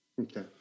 Okay